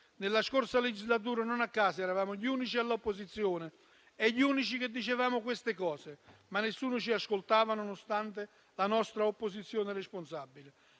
Nella scorsa legislatura, non a caso, eravamo gli unici all'opposizione e gli unici a dire queste cose, ma nessuno ci ascoltava, nonostante la nostra opposizione responsabile.